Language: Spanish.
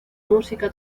música